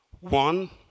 One